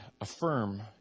affirm